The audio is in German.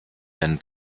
denn